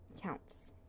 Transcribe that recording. counts